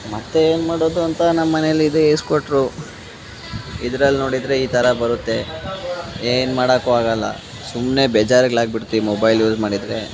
ಮತ್ತು ಏನು ಮಾಡೋದು ಅಂತ ನಮ್ಮಮನೇಲಿ ಇದೆ ಈಸಿ ಕೊಟ್ಟರು ಇದ್ರಲ್ಲಿ ನೋಡಿದರೆ ಈ ಥರ ಬರುತ್ತೆ ಏನು ಮಾಡೋಕೂ ಆಗಲ್ಲ ಸುಮ್ಮನೆ ಬೇಜಾರಿಗಳಾಗಿ ಬಿಡ್ತು ಈ ಮೊಬೈಲ್ ಯೂಸ್ ಮಾಡಿದರೆ